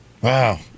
Wow